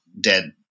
dead